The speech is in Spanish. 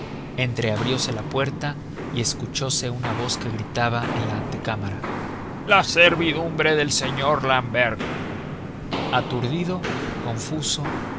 salón entreabriose la puerta y escuchose una voz que gritaba en la antecámara la servidumbre del señor l'ambert aturdido confuso